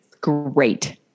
Great